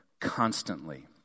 constantly